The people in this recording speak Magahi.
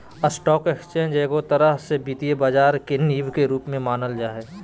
स्टाक एक्स्चेंज एगो तरह से वित्तीय बाजार के नींव के रूप मे मानल जा हय